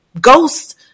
ghosts